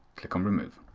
click on remove.